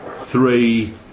three